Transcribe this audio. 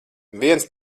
viens